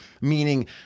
Meaning